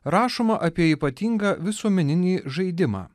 rašoma apie ypatingą visuomeninį žaidimą